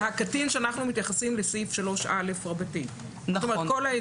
זה הקטין שאנחנו מתייחסים בסעיף 3א. נכון.